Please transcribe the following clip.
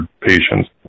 patients